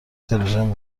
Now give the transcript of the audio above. تلویزیون